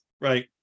Right